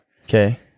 okay